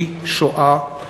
כי שואה,